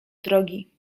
drogi